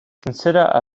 consider